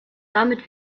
damit